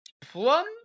Plum